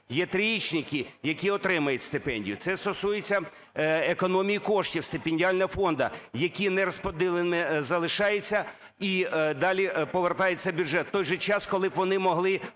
є трієчники, які отримують стипендію. Це стосується економії коштів стипендіального фонду, які нерозподіленими залишаються і далі повертаються в бюджет, в той же час, коли б вони могли,